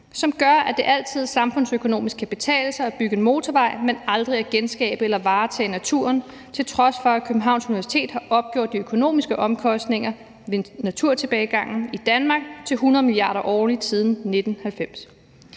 som gør, at det samfundsøkonomisk altid kan betale sig at bygge en motorvej, men aldrig kan betale sig at genskabe eller varetage naturen, til trods for at Københavns Universitet har opgjort de økonomiske omkostninger ved naturtilbagegangen i Danmark til 100 mia. kr. årligt siden 1990.